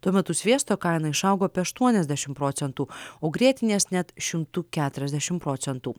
tuo metu sviesto kaina išaugo apie aštuoniasdešimt procentų o grietinės net šimtu keturiasdešimt procentų